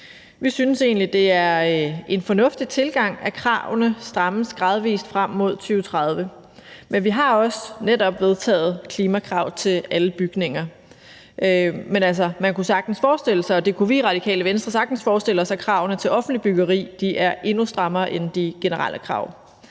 Vi synes egentlig, det er en fornuftig tilgang, at kravene strammes gradvis frem mod 2030. Vi har også netop vedtaget klimakrav til alle bygninger, men man kunne sagtens forestille sig – og det kunne vi i Radikale Venstre sagtens forestille os